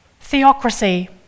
Theocracy